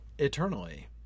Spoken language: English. eternally